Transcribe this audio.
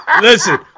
Listen